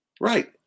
Right